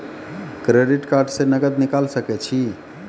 Credit card से नगद निकाल सके छी?